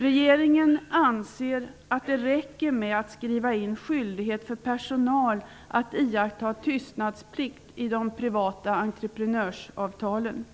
Regeringen anser att det räcker med att skriva in en skyldighet för personalen att iaktta tystnadsplikt i de privata entreprenörsavtalen.